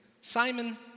Simon